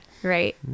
Right